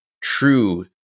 true